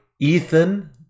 Ethan